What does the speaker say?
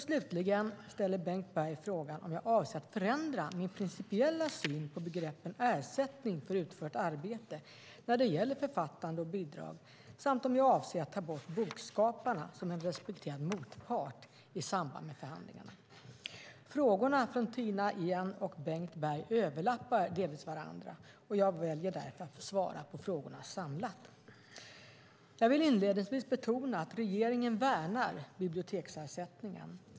Slutligen ställer Bengt Berg frågan om jag avser att förändra min principiella syn på begreppen ersättning för utfört arbete när det gäller författande och bidrag samt om jag avser att ta bort bokskaparna som en respekterad motpart i samband med förhandlingarna. Frågorna från Tina Ehn och Bengt Berg överlappar delvis varandra. Jag väljer därför att svara på frågorna samlat. Jag vill inledningsvis betona att regeringen värnar biblioteksersättningen.